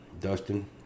Dustin